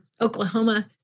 Oklahoma